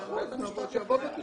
העיסוק.